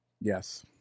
Yes